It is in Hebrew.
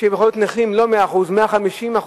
שיכולים להיות נכים לא 100%, אלא 150%,